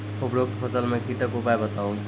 उपरोक्त फसल मे कीटक उपाय बताऊ?